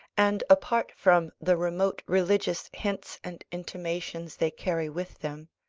and apart from the remote religious hints and intimations they carry with them,